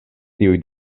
tiuj